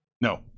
No